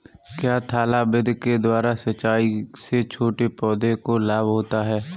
क्या थाला विधि के द्वारा सिंचाई से छोटे पौधों को लाभ होता है?